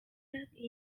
artwork